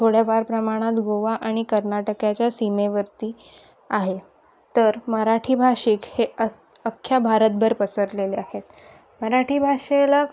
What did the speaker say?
थोड्याफार प्रमाणात गोवा आणि कर्नाटकाच्या सीमेवरती आहे तर मराठी भाषिक हे अ अख्ख्या भारतभर पसरलेले आहेत मराठी भाषेला